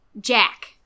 Jack